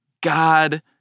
God